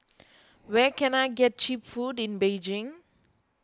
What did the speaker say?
where can I get Cheap Food in Beijing